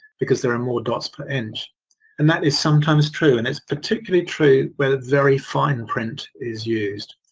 because there are more dots per inch and that is sometimes true and its particularly true where very fine print is used.